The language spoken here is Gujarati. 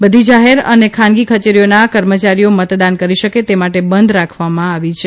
બધી જાહેર અને ખાનગી કચેરીઓના કર્મચારીઓ મતદાન કરી શકે તે માટે બંધ રાખવામાં આવી છે